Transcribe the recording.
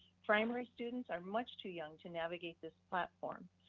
primary students are much too young to navigate this platform.